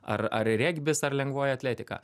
ar ar regbis ar lengvoji atletika